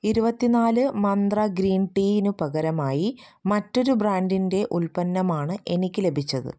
ഇരുപത്തിനാല് മന്ത്ര ഗ്രീൻ ടീനു പകരമായി മറ്റൊരു ബ്രാൻഡിന്റെ ഒരു ഉൽപ്പന്നമാണ് എനിക്ക് ലഭിച്ചത്